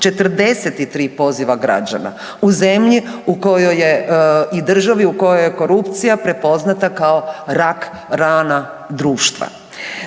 43 poziva građana. U zemlji u kojoj je i državi u kojoj je korupcija prepoznata kao rak rana društva.